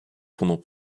pendant